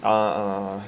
ah